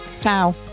Ciao